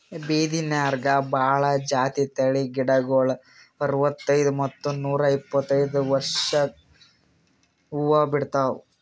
ಬಿದಿರ್ನ್ಯಾಗ್ ಭಾಳ್ ಜಾತಿ ತಳಿ ಗಿಡಗೋಳು ಅರವತ್ತೈದ್ ಮತ್ತ್ ನೂರ್ ಇಪ್ಪತ್ತೈದು ವರ್ಷ್ಕ್ ಹೂವಾ ಬಿಡ್ತಾವ್